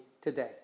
today